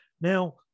now